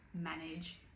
manage